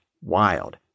wild